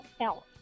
else